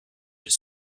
its